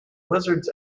lizards